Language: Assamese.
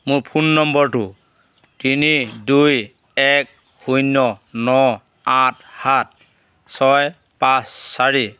মোৰ ফোন নম্বৰটো তিনি দুই এক শূন্য ন আঠ সাত ছয় পাঁচ চাৰি